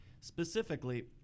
specifically